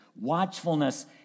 watchfulness